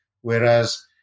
whereas